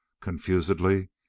Confusedly